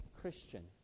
Christian